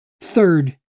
Third